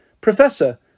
Professor